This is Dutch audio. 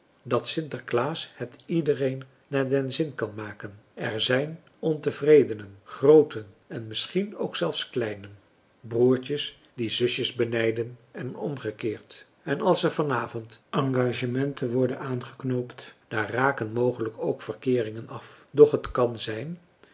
dat sinterklaas het iedereen naar den zin kan maken er zijn ontevredenen grooten en misschien ook zelfs kleinen broertjes die zusjes benijden en omgekeerd en als er vanavond engagementen worden aangeknoopt daar raken mogelijk ook verkeeringen af doch het kan zijn